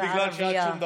לא בגלל שאת שום דבר,